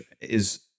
is-